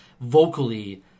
vocally